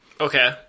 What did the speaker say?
Okay